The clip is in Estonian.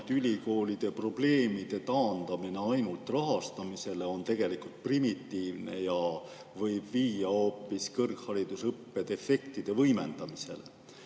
et ülikoolide probleemide taandamine ainult rahastamisele on tegelikult primitiivne ja võib viia hoopis kõrghariduse õppedefektide võimendamisele.